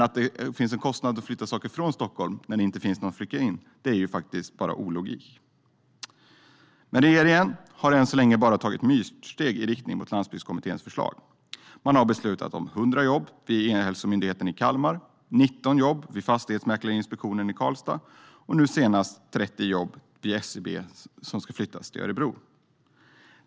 Att det finns en kostnad att flytta saker från Stockholm när det inte finns någon för att flytta in är bara ologik. Regeringen har än så länge bara tagit myrsteg i riktning mot Landsbygdskommitténs förslag. Man har beslutat om 100 jobb vid E-hälsomyndigheten i Kalmar, 19 jobb vid Fastighetsmäklarinspektionen i Karlstad och nu senast 30 jobb vid SCB, som ska flyttas till Örebro.